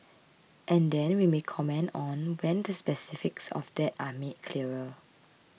and then we may comment on when the specifics of that are made clearer